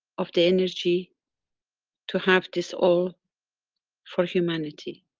of the energy to have this all for humanity.